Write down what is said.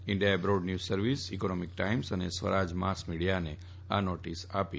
India abroad news service economic times અને Swaraj mass મીડીયાને આ નોટીસ આપી છે